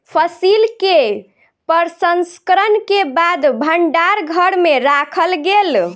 फसिल के प्रसंस्करण के बाद भण्डार घर में राखल गेल